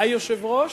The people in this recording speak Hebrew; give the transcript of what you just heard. ה-יושב-ראש,